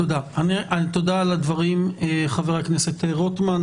תודה על הדברים חבר הכנסת רוטמן,